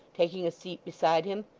taking a seat beside him.